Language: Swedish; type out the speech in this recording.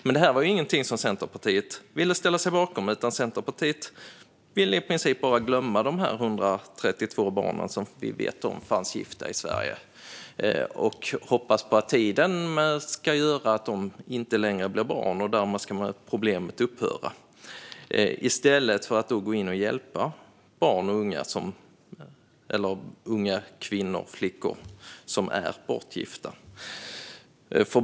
Men detta var inget som man i Centerpartiet ville ställa sig bakom, utan man ville i princip bara glömma dessa 132 barn i Sverige som vi känner till är gifta. Man verkar hoppas att tiden ska göra att dessa inte längre är barn och att problemet därmed upphör, i stället för att hjälpa barn, det vill säga unga kvinnor och flickor, som är bortgifta.